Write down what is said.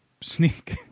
sneak